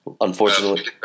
Unfortunately